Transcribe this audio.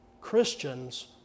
Christians